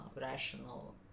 rational